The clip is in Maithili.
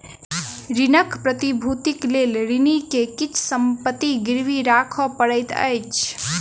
ऋणक प्रतिभूतिक लेल ऋणी के किछ संपत्ति गिरवी राखअ पड़ैत अछि